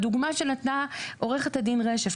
הדוגמה שנתנה עורכת הדין רשף,